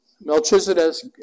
Melchizedek